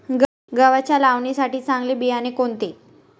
गव्हाच्या लावणीसाठी चांगले बियाणे कोणते?